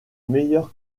meilleure